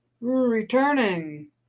Returning